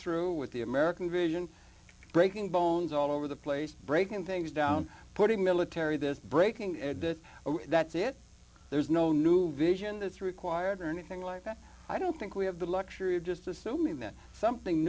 through with the american vision breaking bones all over the place breaking things down putting military this breaking that's it there's no new vision that's required or anything like that i don't think we have the luxury of just assuming that something